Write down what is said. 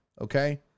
Okay